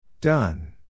Done